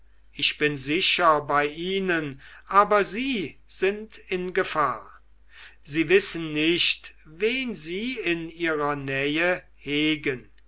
ich bin sicher bei ihnen aber sie sind in gefahr sie wissen nicht wen sie in ihrer nähe hegen